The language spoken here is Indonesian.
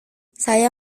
saya